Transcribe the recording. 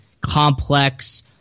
complex